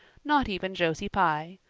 not even josie pye,